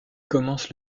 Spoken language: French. commence